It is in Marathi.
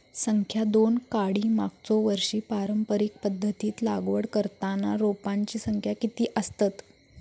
संख्या दोन काडी मागचो वर्षी पारंपरिक पध्दतीत लागवड करताना रोपांची संख्या किती आसतत?